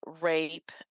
rape